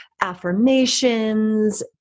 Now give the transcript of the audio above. Affirmations